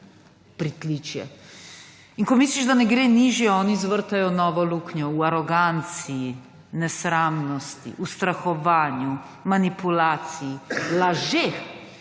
Ko misliš, da ne gre nižje, oni zvrtajo novo luknjo v aroganci, nesramnosti, ustrahovanju, manipulaciji, lažeh.